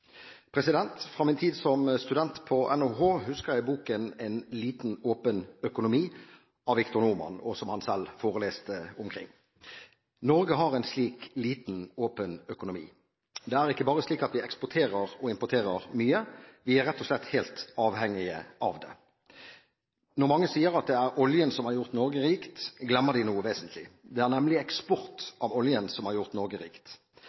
Fra min tid som student på Norges Handelshøyskole husker jeg boken En liten, åpen økonomi av Victor D. Norman – som han selv forleste over. Norge har en slik liten, åpen økonomi. Det er ikke bare slik at vi eksporterer og importerer mye. Vi er rett og slett helt avhengige av det. Når mange sier at det er oljen som har gjort Norge rikt, glemmer de noe vesentlig. Det er nemlig eksport av oljen som har gjort Norge rikt.